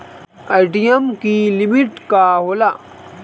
ATM की limit का होला?